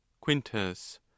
Quintus